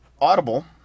Audible